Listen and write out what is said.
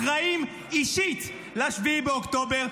אחראים אישית ל-7 באוקטובר.